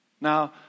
Now